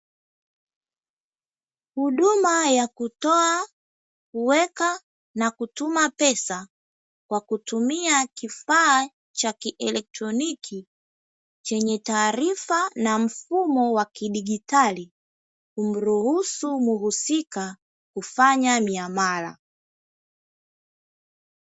Huduma ya kutoa, kuweka na kutuma pesa kwa kutumia kifaa cha kieletroni chenye taarifa na mfumo wa kidigitali kumruhusu muhusika kufanya miamala.